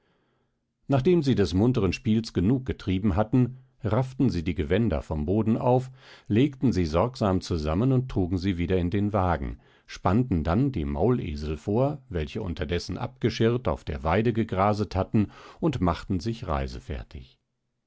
nachdem sie des muntern spieles genug getrieben hatten rafften sie die gewänder vom boden auf legten sie sorgsam zusammen und trugen sie wieder in den wagen spannten dann die maulesel vor welche unterdessen abgeschirrt auf der weide gegraset hatten und machten sich reisefertig